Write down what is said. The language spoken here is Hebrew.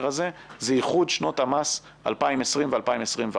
הזה זה איחוד שנות המס 2020 ו-2021.